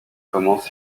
commence